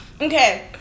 Okay